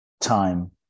time